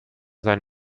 seien